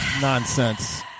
nonsense